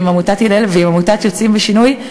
עם עמותת "הלל" ועם עמותת "יוצאים לשינוי".